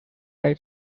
right